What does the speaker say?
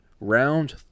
round